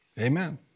Amen